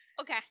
Okay